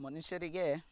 ಮನುಷ್ಯರಿಗೆ